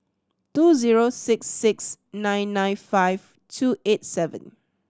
two zero six six nine nine five two eight seven